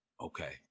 Okay